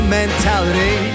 mentality